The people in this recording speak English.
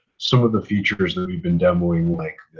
some of the features, and that we've been demoing, like